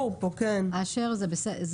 אשר, זה בסדר?